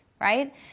right